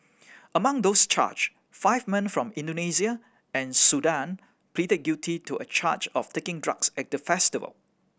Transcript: among those charged five men from Indonesia and Sudan pleaded guilty to a charge of taking drugs at the festival